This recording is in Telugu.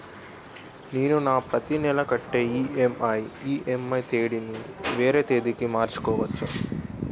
నేను నా ప్రతి నెల కట్టే ఈ.ఎం.ఐ ఈ.ఎం.ఐ తేదీ ని వేరే తేదీ కి మార్చుకోవచ్చా?